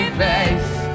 face